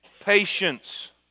patience